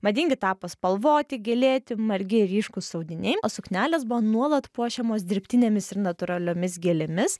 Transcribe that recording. madingi tapo spalvoti gėlėti margi ryškūs audiniai o suknelės buvo nuolat puošiamos dirbtinėmis ir natūraliomis gėlėmis